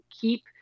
keep